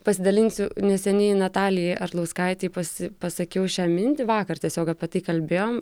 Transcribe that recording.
pasidalinsiu neseniai natalijai arlauskaitei pasi pasakiau šią mintį vakar tiesiog apie tai kalbėjom